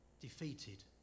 defeated